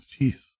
jeez